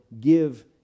give